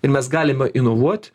ir mes galime inovuoti